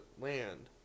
land